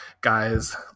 Guys